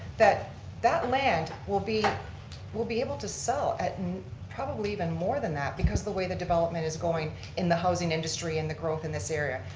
that that land, we'll be we'll be able to sell at and probably even more than that because the way the development is going in the housing industry and the growth in this area.